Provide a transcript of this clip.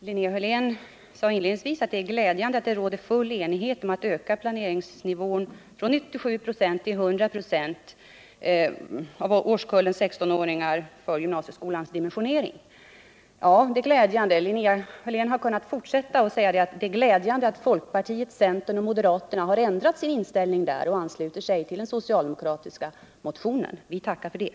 Herr talman! Linnea Hörlén sade inledningsvis att det är glädjande att full enighet råder om att för gymnasieskolans dimensionering öka planeringsnivån från 97 96 till 100 96 av årskullens 16-åringar. Ja, det är glädjande. Linnea Hörlén hade kunnat fortsätta och säga att det är glädjande att folkpartiet, centern och moderaterna har ändrat sin inställning och anslutit sig till den socialdemokratiska motionen. Vi tackar för det.